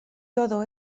todo